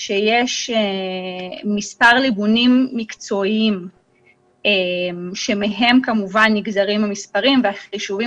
ויש מספר ליבונים מקצועיים שמהם כמובן נגזרים המספרים והחישובים